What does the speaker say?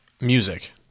music